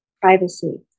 privacy